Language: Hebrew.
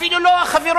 אפילו לא החברות